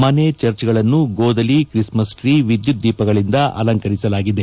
ಮನೆ ಚರ್ಚ್ಗಳನ್ನು ಗೋದಲಿ ಕ್ರಿಸ್ಕಸ್ ಟ್ರೀ ವಿದ್ಯುತ್ ದೀಪಗಳಿಂದ ಅಲಂಕರಿಸಲಾಗಿದೆ